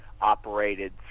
operated